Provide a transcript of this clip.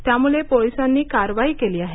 त्यामुळे पोलिसांनी कारवाई केली आहे